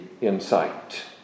insight